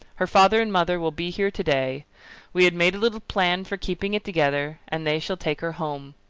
her father and mother will be here to-day we had made a little plan for keeping it together and they shall take her home.